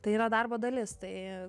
tai yra darbo dalis tai